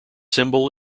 symbol